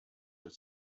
have